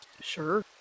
Sure